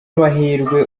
amahirwe